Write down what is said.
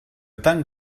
tant